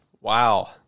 Wow